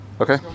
Okay